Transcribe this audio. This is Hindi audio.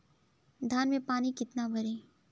धान में पानी कितना भरें?